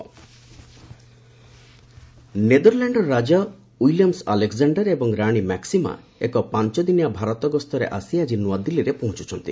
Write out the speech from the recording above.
Dutch king ଭିକିଟ୍ ନେଦରଲ୍ୟାଣ୍ଡର ରାଜା ୱିଲିୟମ୍ ଆଲେକ୍ଜାଣ୍ଡାର ଏବଂ ରାଣୀ ମାକ୍ୱିମା ଏକ ପାଞ୍ଚଦିନିଆ ଭାରତ ଗସ୍ତରେ ଆସି ଆଜି ନ୍ତଆଦିଲ୍ଲୀଠାରେ ପହଂଚୁଛନ୍ତି